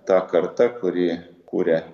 ta karta kuri kuria